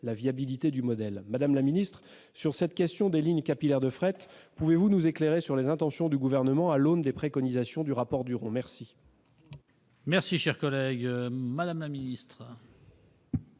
la viabilité du modèle. Madame la secrétaire d'État, sur cette question des lignes capillaires de fret, pouvez-vous nous éclairer sur les intentions du Gouvernement à l'aune des préconisations du rapport Duron ? La parole est à Mme la secrétaire